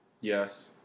Yes